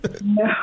No